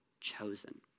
chosen